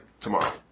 tomorrow